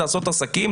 לעשות עסקים,